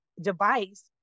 device